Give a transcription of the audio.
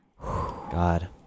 God